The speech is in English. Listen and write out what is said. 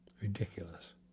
Ridiculous